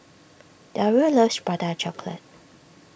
Dario loves Prata Chocolate